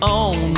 on